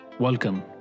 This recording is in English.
Welcome